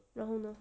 然后呢